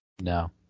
No